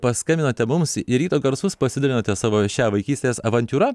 paskambinote mums į ryto garsus pasidalinote savo šia vaikystės avantiūra